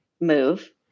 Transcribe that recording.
move